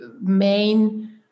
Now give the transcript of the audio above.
main